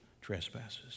trespasses